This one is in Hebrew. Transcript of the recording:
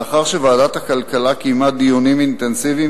לאחר שוועדת הכלכלה קיימה דיונים אינטנסיביים,